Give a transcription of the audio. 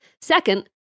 Second